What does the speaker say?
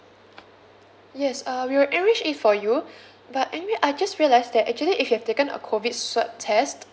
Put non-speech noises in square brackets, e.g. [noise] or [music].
yes uh we will arrange it for you [breath] but anyway I just realized that actually if you've taken a COVID swab test